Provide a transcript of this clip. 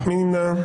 מי נמנע?